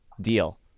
deal